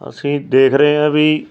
ਅਸੀਂ ਦੇਖ ਰਹੇ ਹਾਂ ਵੀ